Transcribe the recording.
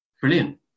Brilliant